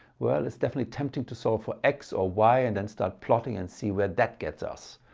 well it's definitely tempting to solve for x or y and then start plotting and see where that gets us.